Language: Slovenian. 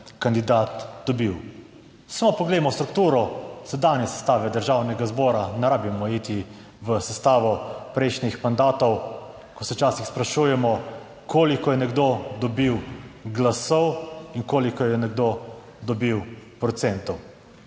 kandidat dobil. Samo poglejmo strukturo sedanje sestave Državnega zbora, ne rabimo iti v sestavo prejšnjih mandatov, ko se včasih sprašujemo, koliko je nekdo dobil glasov in koliko je nekdo dobil procentov.